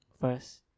first